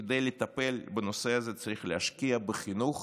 כדי לטפל בנושא הזה צריך להשקיע בחינוך,